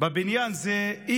בבניין זה,